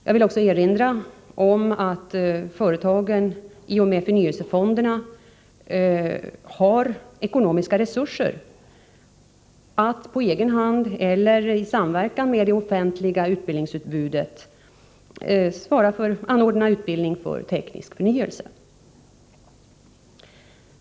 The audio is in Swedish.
Jag vill också erinra om att företagen i och med förnyelsefonderna har ekonomiska resurser att på egen hand eller i samverkan med det offentliga utbildningsutbudet anordna utbildning för teknisk förnyelse.